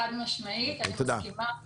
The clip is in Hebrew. חד משמעית, אני מסכימה.